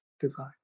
design